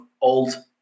old